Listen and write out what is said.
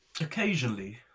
occasionally